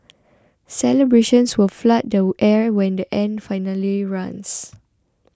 celebrations will flood the air when the end finally runs